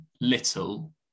Little